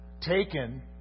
Taken